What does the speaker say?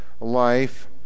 life